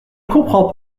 comprends